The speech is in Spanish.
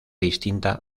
distinta